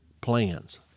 plans